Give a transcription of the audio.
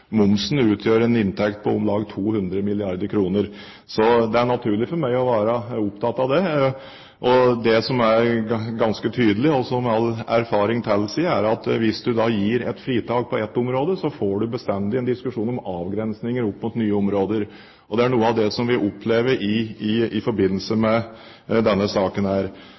momsen utgjør en inntekt på om lag 200 milliarder kr. Så det er naturlig for meg å være opptatt av det. Det som er ganske tydelig, og som all erfaring tilsier, er at hvis man gir et fritak på ett område, så får man bestandig en diskusjon om avgrensninger opp mot nye områder. Og det er noe av det vi opplever i forbindelse med denne saken.